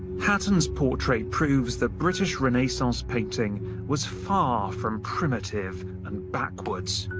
hatton's portrait proves that british renaissance painting was far from primitive and backwards.